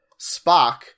spock